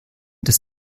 des